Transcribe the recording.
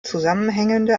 zusammenhängende